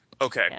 okay